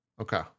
Okay